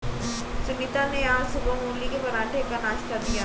सुनीता ने आज सुबह मूली के पराठे का नाश्ता दिया